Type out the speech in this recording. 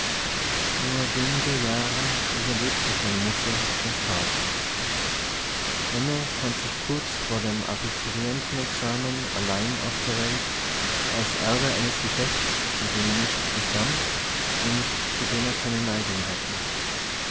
nur wenige jahre überlebte seine mutter den vater benno fand sich kurz vor dem abiturientenexamen allein auf der welt als erbe eines geschäftes von dem er nichts verstand und zu dem er keine neigung hatte